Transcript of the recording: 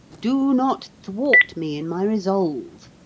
do not thwart me in my resolve.